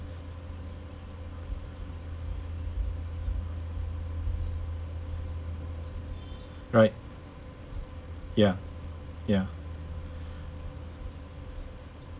right ya ya